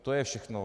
To je všechno.